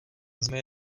vezme